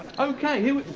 okay, here we.